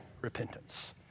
repentance